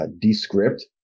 Descript